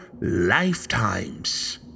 lifetimes